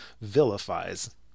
Vilifies